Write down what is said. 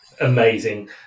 Amazing